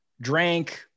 drank